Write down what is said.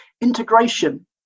Integration